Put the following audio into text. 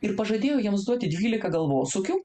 ir pažadėjo jiems duoti dvylika galvosūkių